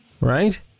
Right